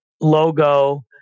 logo